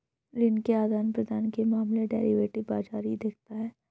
ऋण के आदान प्रदान के मामले डेरिवेटिव बाजार ही देखता है